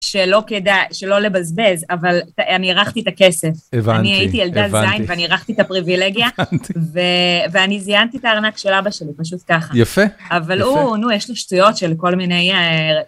שלא כדאי, שלא לבזבז, אבל אני הרחתי את הכסף. הבנתי, הבנתי. אני הייתי ילדה זין ואני הרחתי את הפריבילגיה, ואני זיינתי את הארנק של אבא שלי, פשוט ככה. יפה, יפה. אבל הוא, נו, יש לו שטויות של כל מיני...